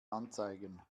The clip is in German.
anzeigen